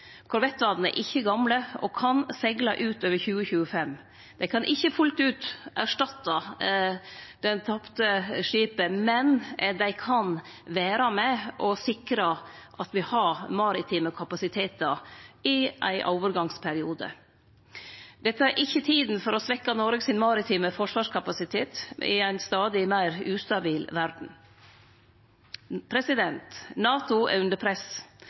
Korvettane er ikkje gamle og kan segla utover 2025. Dei kan ikkje fullt ut erstatte det tapte skipet, men dei kan vere med og sikre at me har maritime kapasitetar i ein overgangsperiode. Dette er ikkje tida for å svekkje den maritime forsvarskapasiteten i Noreg – i ei stadig meir ustabil verd. NATO er under press.